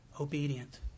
obedient